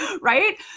right